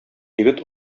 егет